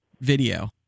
video